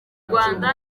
rwanda